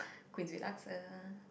Queensway laksa